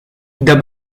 the